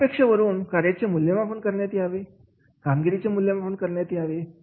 आहे अपेक्षा वरून कार्याचे मूल्यमापन करण्यात यावे कामगिरीचे मूल्यमापन करण्यात यावे